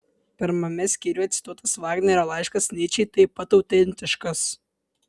pirmame skyriuje cituotas vagnerio laiškas nyčei taip pat autentiškas